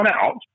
out